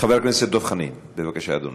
חבר הכנסת דב חנין, בבקשה, אדוני.